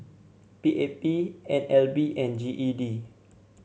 P A P N L B and G E D